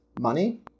Money